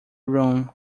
room